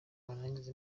arangize